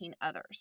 others